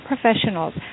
professionals